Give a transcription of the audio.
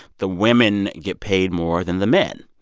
the women get paid more than the men.